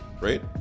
Right